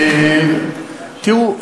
תראו,